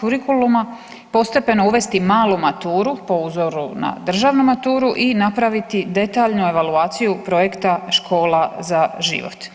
kurikuluma, postepeno uvesti malu maturu po uzoru na državnu maturu i napraviti detaljnu evaluaciju projekta „Škola za život“